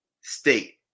state